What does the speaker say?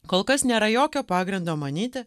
kol kas nėra jokio pagrindo manyti